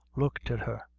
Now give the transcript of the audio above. looked at her,